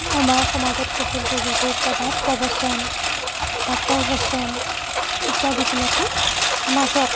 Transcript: আমাৰ সমাজত প্ৰচলিত যিবোৰ প্ৰবাদ প্ৰবচন ডাকৰ বচন ইত্যাদিবিলাকৰ মাজত